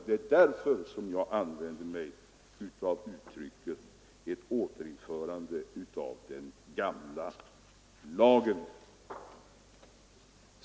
Det är därför som jag använde mig av uttrycket ett återinförande av den gamla lagen.